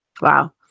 Wow